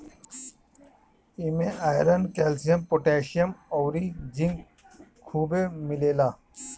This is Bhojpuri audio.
इमे आयरन, कैल्शियम, पोटैशियम अउरी जिंक खुबे मिलेला